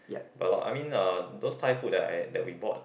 but like I mean uh those Thai food that I that we bought